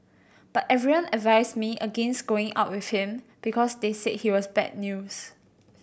but everyone advised me against going out with him because they said he was bad news